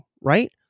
Right